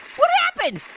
what happened?